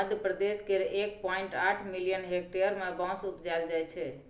मध्यप्रदेश केर एक पॉइंट आठ मिलियन हेक्टेयर मे बाँस उपजाएल जाइ छै